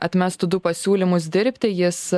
atmestų du pasiūlymus dirbti jis